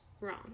wrong